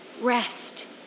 rest